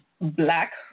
black